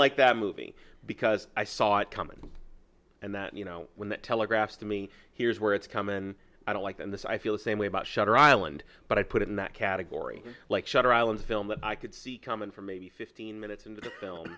like that movie because i saw it coming and that you know when that telegraphs to me here's where it's come in i don't like and this i feel same way about shutter island but i put it in that category like shutter island film that i could see coming for maybe fifteen minutes into the film